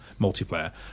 multiplayer